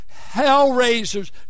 hellraisers